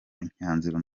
imyanzuro